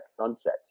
sunset